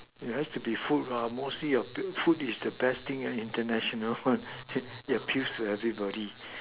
it has to be food mostly your food is the best thing international one it appeals to everybody